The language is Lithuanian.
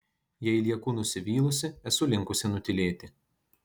jei lieku nusivylusi esu linkusi nutylėti